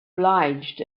obliged